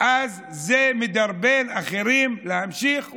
אז זה מדרבן אחרים להמשיך.